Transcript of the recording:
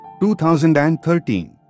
2013